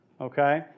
Okay